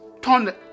turn